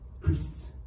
priests